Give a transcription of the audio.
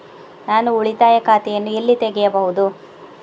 ನಾನು ಉಳಿತಾಯ ಖಾತೆಯನ್ನು ಎಲ್ಲಿ ತೆಗೆಯಬಹುದು?